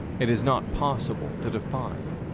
it is not possible to define.